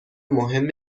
مهم